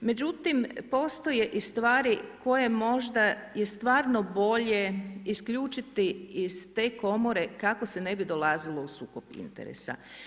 Međutim, postoje i stvari koje možda je i stvarno bolje isključiti iz te komore kako se ne bi dolazilo u sukob interesa.